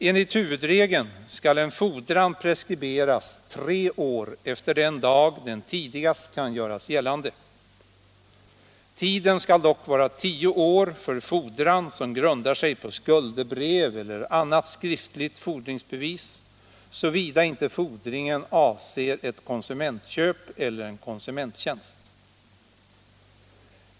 Enligt huvudregeln skall en fordran preskriberas tre år efter den dag den tidigast kan göras gällande. Tiden skall dock vara tio år för fordran som grundar sig på skuldebrev eller annat skriftligt fordringsbevis, såvida inte fordringen avser ett konsumentköp eller en konsumenttjänst.